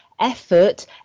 effort